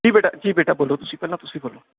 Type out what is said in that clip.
ਜੀ ਬੇਟਾ ਜੀ ਬੇਟਾ ਬੋਲੋ ਤੁਸੀਂ ਪਹਿਲਾਂ ਤੁਸੀਂ ਬੋਲੋ